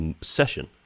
session